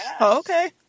Okay